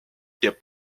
des